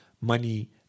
money